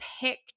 picked